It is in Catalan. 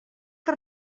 que